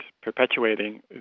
perpetuating